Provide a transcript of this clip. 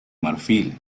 marfil